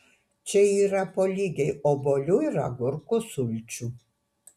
čia yra po lygiai obuolių ir agurkų sulčių